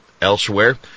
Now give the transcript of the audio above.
Elsewhere